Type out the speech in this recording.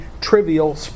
trivial